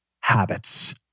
habits